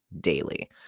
daily